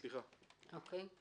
אוקיי.